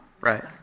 Right